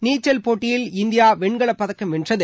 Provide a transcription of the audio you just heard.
நீச்சல் போட்டியில் இந்தியா வெண்கலப்பதக்கம் வென்றது